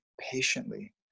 patiently